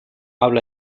habla